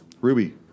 Ruby